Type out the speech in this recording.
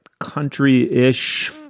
country-ish